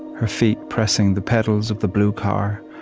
her feet pressing the pedals of the blue car,